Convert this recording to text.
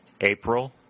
April